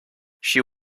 she